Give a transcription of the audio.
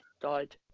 died